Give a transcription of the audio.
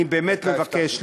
אני באמת מבקש,